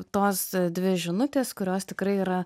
tos dvi žinutės kurios tikrai yra